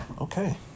okay